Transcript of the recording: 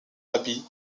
habit